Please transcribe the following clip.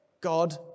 God